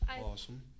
Awesome